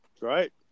Right